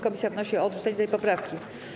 Komisja wnosi o odrzucenie tej poprawki.